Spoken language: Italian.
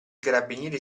carabinieri